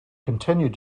continued